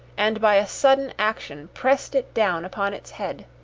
and by a sudden action pressed it down upon its head.